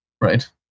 Right